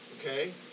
okay